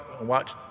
watch